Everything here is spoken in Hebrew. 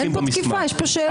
אין פה תקיפה, יש פה שאלה.